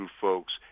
folks